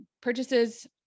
purchases